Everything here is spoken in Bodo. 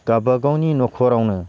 गाबागावनि न'खरावनो